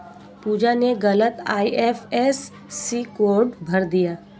पूजा ने गलत IFSC code भर दिया